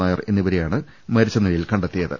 നായർ എന്നിവരെയാണ് മരിച്ച നിലയിൽ കണ്ടെത്തിയത്